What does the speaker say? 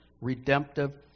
redemptive